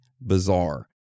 bizarre